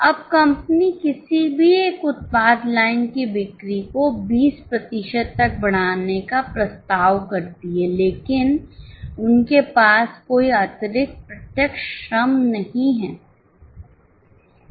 अब कंपनी किसी भी एक उत्पाद लाइन की बिक्री को 20 प्रतिशत तक बढ़ाने का प्रस्ताव करती है लेकिन उनके पास कोई अतिरिक्त प्रत्यक्ष श्रम नहीं है